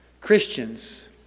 Christians